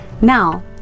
Now